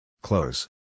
Close